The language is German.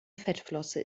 fettflosse